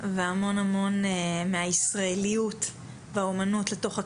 והמון המון מהישראליות באומנות לתוך הכנסת.